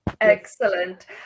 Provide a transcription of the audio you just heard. excellent